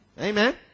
Amen